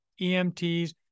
emts